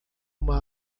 uma